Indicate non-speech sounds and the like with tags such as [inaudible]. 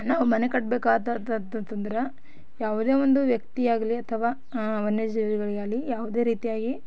ನಾವು ಮನೆ ಕಟ್ಬೇಕು [unintelligible] ಅಂದ್ರೆ ಯಾವುದೇ ಒಂದು ವ್ಯಕ್ತಿಯಾಗಲಿ ಅಥವ ವನ್ಯಜೀವಿಗಳಿಗೆ ಆಗಲಿ ಯಾವುದೇ ರೀತಿಯಾಗಿ